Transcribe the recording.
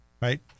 right